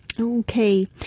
Okay